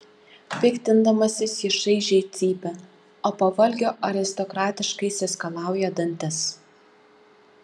piktindamasis jis šaižiai cypia o po valgio aristokratiškai išsiskalauja dantis